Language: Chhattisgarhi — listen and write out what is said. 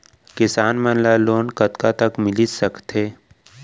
किसान मन ला लोन कतका तक मिलिस सकथे?